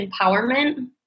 empowerment